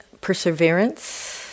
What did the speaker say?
perseverance